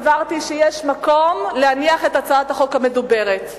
סברתי שיש מקום להניח את הצעת החוק המדוברת.